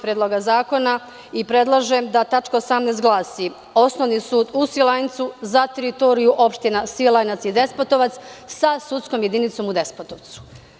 Predloga zakona i predlažem da tačka 18. glasi – Osnovni sud u Svilajncu za teritoriju opština Svilajnac i Despotovac sa sudskom jedinicom u Despotovcu.